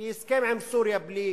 כי הסכם עם סוריה בלי